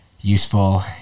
useful